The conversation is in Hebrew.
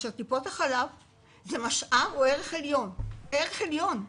טיפות החלב הן ערך ומשאב עליון למניעה.